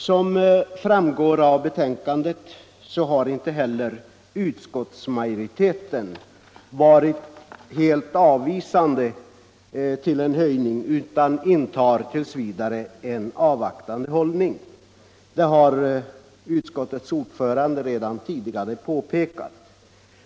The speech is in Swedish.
Som framgår av betänkandet har inte heller utskottsmajoriteten varit helt avvisande till en höjning utan intar tills vidare en avvaktande hållning. Detta har utskottets ordförande redan påpekat.